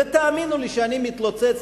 ותאמינו לי שאני מתלוצץ,